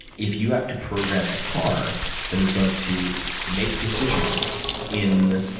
if you have to program a car that is going to make decisions in